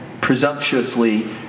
presumptuously